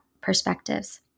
perspectives